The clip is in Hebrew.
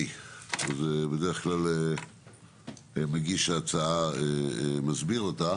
בדרך כלל מגיש ההצעה מסביר אותה.